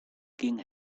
king